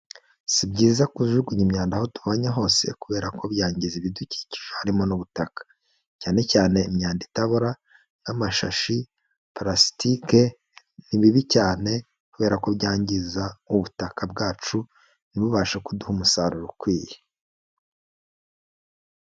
Si byiza kujugunya imyanda aho tubonyeye hose kubera ko byangiza ibidukikije harimo n'ubutaka, cyane cyane imyanda itabora nk'amashashi, palasitike, ni bibi cyane kubera ko byangiza ubutaka bwacu ntibubashe kuduha umusaruro ukwiye.